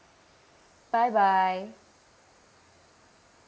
bye bye